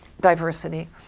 diversity